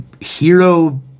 hero